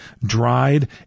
dried